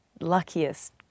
luckiest